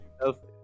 Health